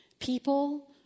People